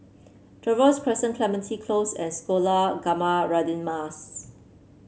Trevose Crescent Clementi Close and Sekolah Ugama Radin Mas